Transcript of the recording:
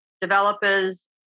developers